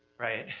right,